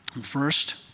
First